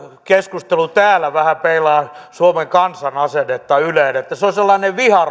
keskustelu täällä vähän peilaa suomen kansan asennetta yleen että se on sellainen viha